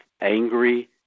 angry